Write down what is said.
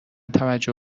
توجه